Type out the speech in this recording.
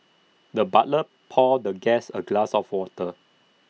the butler poured the guest A glass of water